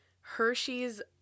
Hershey's